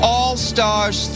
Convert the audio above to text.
All-Stars